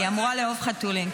היא אמורה לאהוב חתולים.